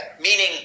meaning